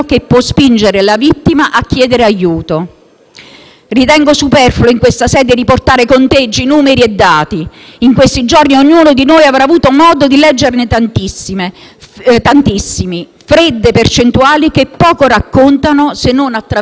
Ritengo superfluo, in questa sede, riportare conteggi, numeri e dati. In questi giorni ognuno di noi avrà avuto modo di leggerne tantissimi: fredde percentuali che poco raccontano se non attraverso il segno +, costante.